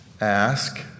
ask